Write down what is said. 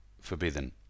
forbidden